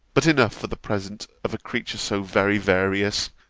but enough for the present of a creature so very various.